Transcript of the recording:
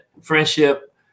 friendship